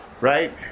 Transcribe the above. right